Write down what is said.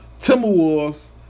Timberwolves